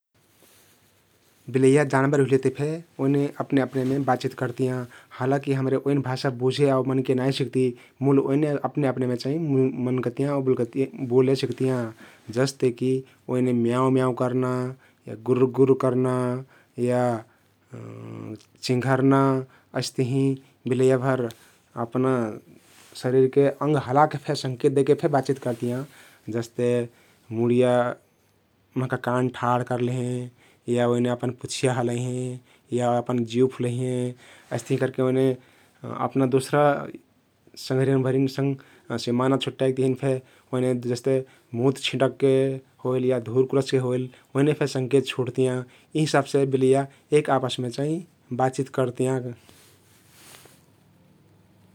बिलइया जानबर हुलेति फे ओइने अपने अपने मे बातचित कारतियाँ । हालाकी हमरे ओइन भाषा बुझे आउ मनके नाइ सकती मुल ओइने अपने अपने मे चाहिं मनकातियाँ आउ बुलकतियाँ बोलेसकतियाँ । जस‌ते की ओइने म्याँउ म्याउँ कर्ना या गुर्र गुर्र कर्ना या चिंघर्ना । अइस्तहिं बिलइयाभर अपना शरिरके अंग हलाके फेक संकेत दैके फेक बातचित करतियाँ । जस्ते मुडिया महका कान ठाढ् करलेहें या ओइने अपना पुँछिया हलैहें या अपना जिउ फुलैहें । अइस्तहिं करके ओइने अपना दुसरा संघरिया भरिन संघ सिमाना छुट्याइक तहिन फेक ओइने जस्ते मुत छिंटकके होइल या धुर कुर्छके होइल ओइने फेक संकेत छुड्तियाँ । यि हिसाब से बिलइया एक आपसमे चाहिं बातचित कारतियाँ ।